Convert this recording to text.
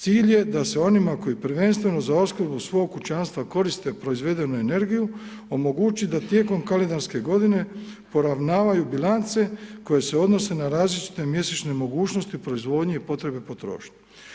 Cilj je da se onima koji prvenstveno za opskrbu kućanstva koriste proizvedenu energiju, omogući da tijekom kalendarske godine poravnavaju bilance koje se odnose na različite mjesečne mogućnosti proizvodnje i potrebne potrošnje.